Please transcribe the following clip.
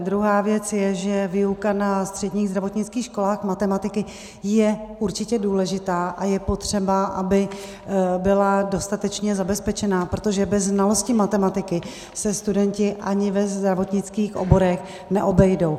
Druhá věc je, že výuka matematiky na středních zdravotnických školách je určitě důležitá a je potřeba, aby byla dostatečně zabezpečena, protože bez znalosti matematiky se studenti ani ve zdravotnických oborech neobejdou.